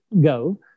go